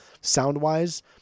sound-wise